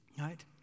right